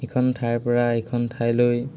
এখন ঠাইৰ পৰা এখন ঠাইলৈ